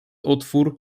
otwór